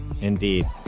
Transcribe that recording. indeed